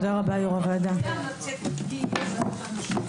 הישיבה ננעלה בשעה